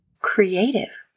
creative